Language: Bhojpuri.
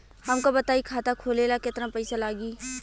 हमका बताई खाता खोले ला केतना पईसा लागी?